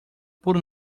por